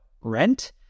rent